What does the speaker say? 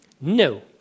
No